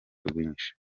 rwinshi